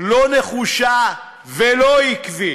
לא נחושה ולא עקבית.